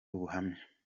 ubuhamya